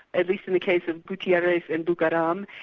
evidenced in the case of guitierrez and bucaram,